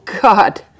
God